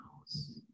house